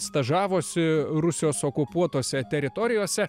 stažavosi rusijos okupuotose teritorijose